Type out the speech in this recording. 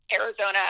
Arizona